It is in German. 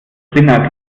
spinner